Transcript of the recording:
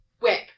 Whip